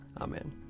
Amen